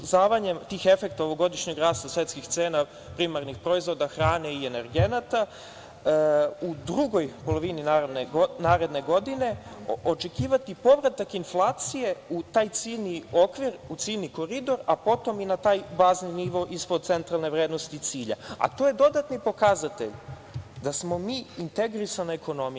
Ali, da će se iščezavanjem tih efekta novogodišnjeg rasta svetskih cena primarnih proizvoda, hrane i energenata, u drugoj polovini naredne godine očekivati povratak inflacije u taj ciljni okvir, u ciljni koridor, a potom i na taj bazni nivo ispod centralne vrednosti cilja, a to je dodatni pokazatelj da smo mi integrisana ekonomije.